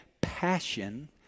passion